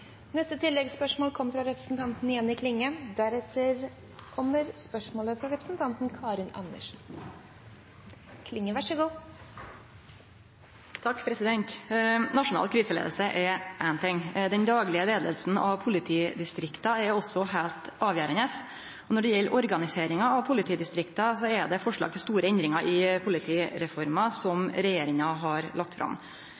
Klinge – til oppfølgingsspørsmål. Nasjonal kriseleiing er ein ting, men den daglege leiinga av politidistrikta er også heilt avgjerande. Og når det gjeld organiseringa av politidistrikta, er det forslag til store endringar i den politireforma